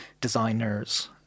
designers